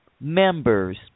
members